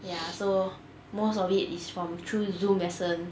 ya so most of it is from through zoom lesson